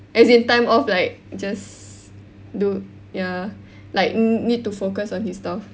as in time off like just do ya like n~ need to focus on his stuff